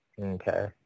Okay